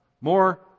more